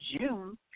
June